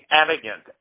elegant